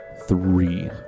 Three